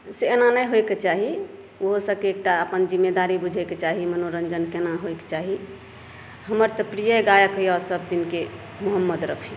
से ऐना नहि होयबाके चाही ओहो सभके एकटा अपन जिम्मेदारी बुझैयक चाही मनोरन्जन केना होइके चाही हमर तऽ प्रिय गायक अछि सभदिनके मोहम्मद रफी